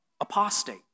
apostate